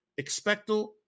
Expecto